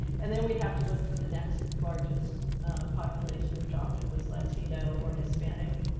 and then we'd have to look for the next largest population. which often was latino or hispanic.